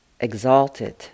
exalted